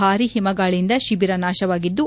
ಭಾರಿ ಹಿಮಗಾಳಿಯಿಂದ ಶಿಬಿರ ನಾಶವಾಗಿದ್ದು